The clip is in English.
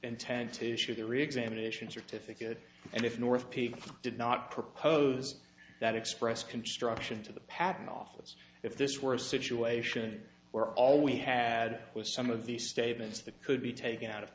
to issue the reexamination certificate and if north people did not propose that express construction to the patent office if this were a situation where all we had was some of these statements that could be taken out of